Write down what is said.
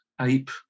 ape